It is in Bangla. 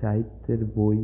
সাহিত্যের বই